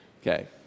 Okay